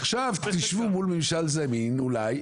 עכשיו תשבו מול ממשל זמין אולי,